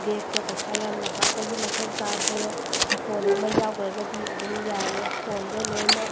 ꯕꯦꯒꯇ ꯄꯩꯁꯥ ꯌꯥꯝꯅ ꯍꯥꯞꯄꯒꯤ ꯃꯊꯧ ꯇꯥꯗ꯭ꯔꯦ ꯐꯣꯟ ꯑꯃ ꯌꯥꯎꯈ꯭ꯔꯒꯗꯤ ꯑꯗꯨꯝ ꯌꯥꯔꯦ ꯐꯣꯟꯗ ꯂꯣꯏꯅꯃꯛ